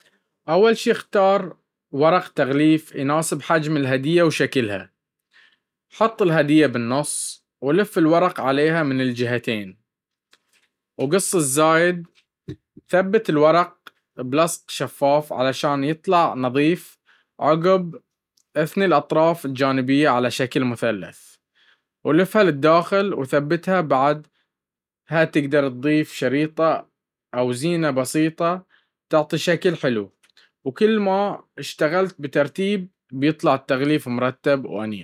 أول شي، اختار ورق تغليف يناسب حجم الهدية وشكلها. حط الهدية بالنص، ولف الورق عليها من الجهتين، وقص الزايد. ثبّت الورق بلصق شفاف علشان يطلع نظيف. عقب، ثني الأطراف الجانبية على شكل مثلث، ولفها للداخل وثبّتها بعد. تقدر تضيف شريطة أو زينة بسيطة تعطي شكل حلو. وكل ما اشتغلت بترتيب، بيطلع التغليف مرتب وأنيق.